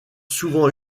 souvent